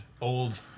old